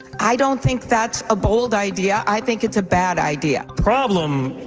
i don't think that's a bold idea. i think it's a bad idea. problem.